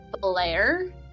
Blair